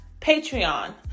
Patreon